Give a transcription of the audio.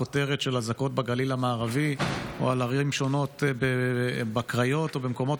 הכותרות על אזעקות בגליל המערבי או על ערים שונות בקריות ובמקומות